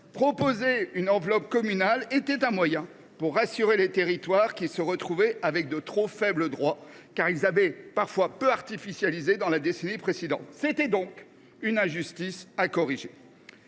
Proposer une enveloppe communale était un moyen de rassurer les territoires qui se retrouvaient avec de trop faibles droits, car ils avaient parfois peu artificialisé au cours de la décennie précédente. Il fallait corriger cette injustice. Arrive